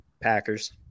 Packers